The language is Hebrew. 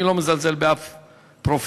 אני לא מזלזל באף פרופסור,